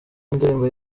y’indirimbo